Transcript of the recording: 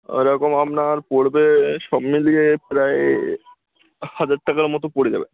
ওরকম আপনার পড়বে সব মিলিয়ে প্রায় হাজার টাকার মতো পড়ে যাবে